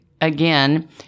again